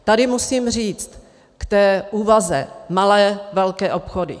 Tady musím říct k té úvaze malé, velké obchody.